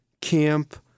camp